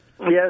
Yes